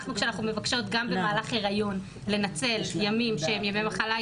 כשאנחנו מבקשות גם במהלך היריון לנצל ימים שהם ימי מחלה,